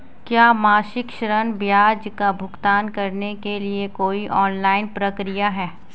क्या मासिक ऋण ब्याज का भुगतान करने के लिए कोई ऑनलाइन प्रक्रिया है?